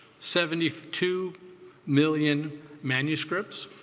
seventy two million manuscripts.